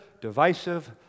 divisive